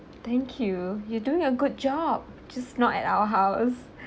thank you you're doing a good job just not at our house